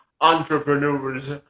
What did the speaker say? entrepreneurs